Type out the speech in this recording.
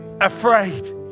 afraid